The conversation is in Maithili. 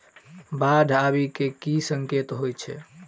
बाढ़ आबै केँ की संकेत होइ छै?